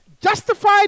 justified